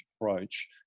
approach